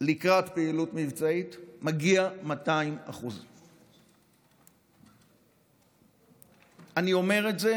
לקראת פעילות מבצעית מגיע 200%. אני אומר את זה